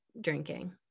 drinking